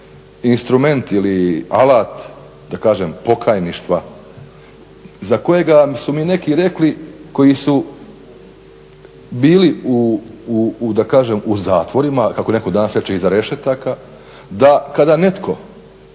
instrument ili alat da kažem pokajništva za kojega su mi neki rekli koji su bili da kažem u zatvorima, kako netko danas reče iza rešetaka, da kada netko